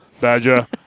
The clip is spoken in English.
Badger